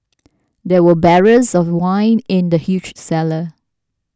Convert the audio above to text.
there were barrels of wine in the huge cellar